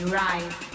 rise